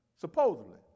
supposedly